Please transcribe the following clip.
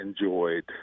enjoyed